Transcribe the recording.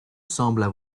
semblent